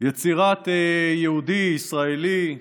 יצירת יהודי ישראלי,